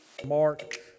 Mark